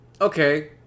okay